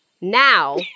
Now